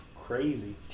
crazy